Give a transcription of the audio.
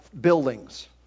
buildings